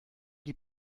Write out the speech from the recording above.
die